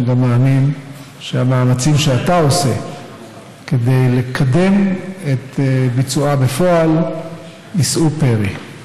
אני מאמין גם שהמאמצים שאתה עושה כדי לקדם את ביצועה בפועל יישאו פרי.